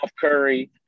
Curry